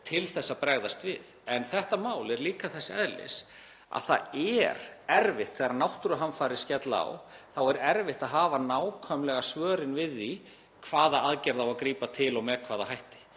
til að bregðast við. En þetta mál er líka þess eðlis að þegar náttúruhamfarir skella á er erfitt að hafa nákvæmlega svörin við því til hvaða aðgerða á að grípa og með hvaða hætti,